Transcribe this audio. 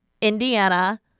Indiana